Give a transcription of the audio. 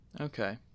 Okay